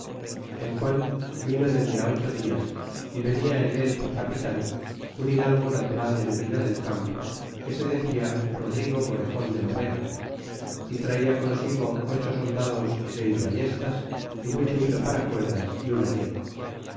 el qual vino dende ocho dias y venia en él por capitan un hidalgo natural de medina del campo que se decia rodrigo morejon de lobera y traia consigo ocho soldados y seis vallestas y mucho hilo para cuerdas é una yegua